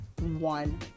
one